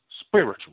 spiritual